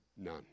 None